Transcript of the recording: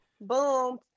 Boom